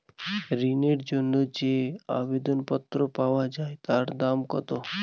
ঋণের জন্য যে আবেদন পত্র পাওয়া য়ায় তার দাম কত?